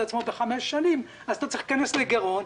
עצמה בחמש שנים אז אתה צריך להיכנס לגירעון,